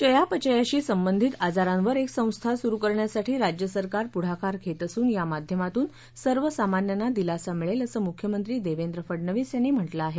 चयापचयाशी संबंधित आजारांवर एक संस्था सुरु करण्यासाठी राज्य सरकार पुढाकार घेत असून यामाध्यमातून सर्वसामान्यांना दिलासा मिळेल असं मुख्यमंत्री देवेंद्र फडनवीस यांनी म्हटलं आहे